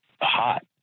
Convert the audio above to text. hot